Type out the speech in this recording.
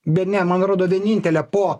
bene man rodo vienintelė po